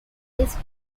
his